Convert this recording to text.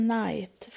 night